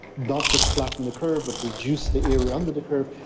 not just flatten the curve but reduce the area under the curve.